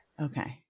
Okay